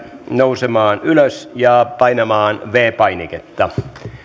nousemaan ylös ja painamaan viides painiketta